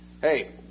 Hey